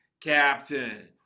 Captain